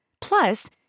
Plus